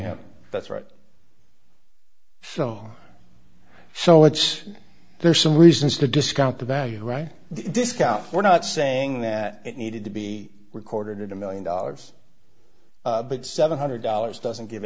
and that's right so so it's there are some reasons to discount the value right discount we're not saying that it needed to be recorded a one million dollars but seven hundred dollars doesn't give